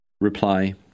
Reply